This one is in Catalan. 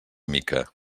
mica